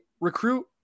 recruit